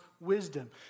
wisdom